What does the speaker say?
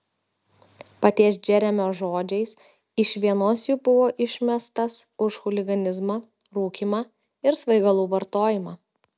paties džeremio žodžiais iš vienos jų buvo išmestas už chuliganizmą rūkymą ir svaigalų vartojimą